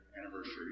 anniversary